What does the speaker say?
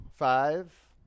Five